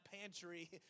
pantry